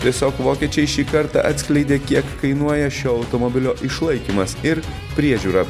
tiesiog vokiečiai šį kartą atskleidė kiek kainuoja šio automobilio išlaikymas ir priežiūra